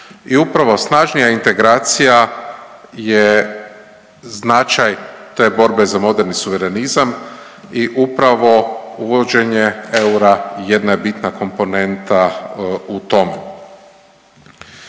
I upravo snažnija integracija je značaj te borbe za moderni suverenizam i upravo uvođenje eura jedna je bitna komponenta u tome.